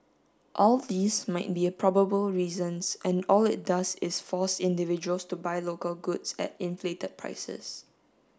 all these might be a probable reasons and all it does is force individuals to buy local goods at inflated prices